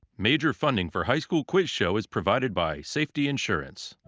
major funding for high school quiz show is provided by safety insurance.